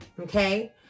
Okay